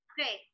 Okay